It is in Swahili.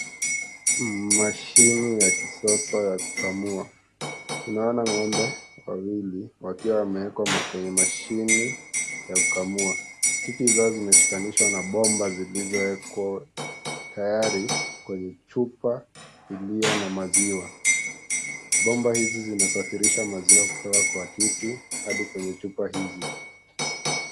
Mshini ya kisasa ya kukamua tunaona ng'ombe wawili wakiwa wameekwa kwenye mashini ya kukamua titi zao zimeshikanishwa na bomba zilizoekwa tayari kwenye chupa iliyo na maziwa, bomba hizi zinasaidia kusafirisha maziwa kutoka kwa titi hadi kwenye chupa hizi.